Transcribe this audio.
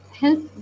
help